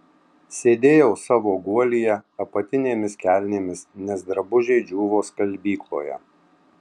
sėdėjau savo guolyje apatinėmis kelnėmis nes drabužiai džiūvo skalbykloje